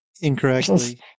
incorrectly